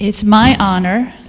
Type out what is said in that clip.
it's my honor